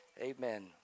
Amen